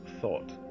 thought